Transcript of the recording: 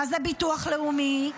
מה זה ביטוח לאומי,